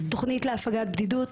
תוכנית להפגת בדידות,